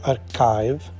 Archive